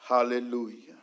Hallelujah